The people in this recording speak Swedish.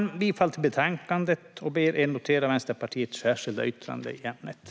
Jag yrkar bifall till förslaget i betänkandet och ber er att notera Vänsterpartiets särskilda yttrande i ärendet.